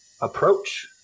approach